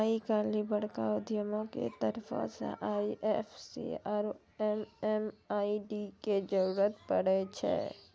आइ काल्हि बड़का उद्यमियो के तरफो से आई.एफ.एस.सी आरु एम.एम.आई.डी के जरुरत पड़ै छै